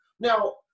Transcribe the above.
Now